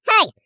hey